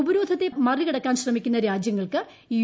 ഉപരോധനത്തെ മറികടക്കാൻ ശ്രമിക്കുന്ന അജ്യങ്ങൾക്ക് യു